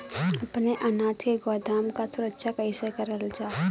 अपने अनाज के गोदाम क सुरक्षा कइसे करल जा?